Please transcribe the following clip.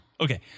Okay